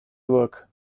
work